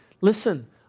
listen